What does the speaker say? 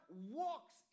walks